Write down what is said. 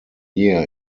year